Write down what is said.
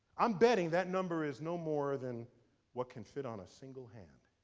i'm betting that number is no more than what can fit on a single hand.